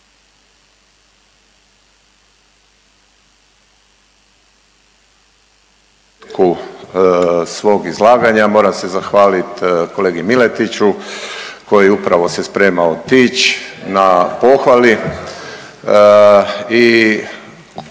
svog izlaganja, moram se zahvaliti kolegi Miletiću koji upravo se sprema otići na pohvali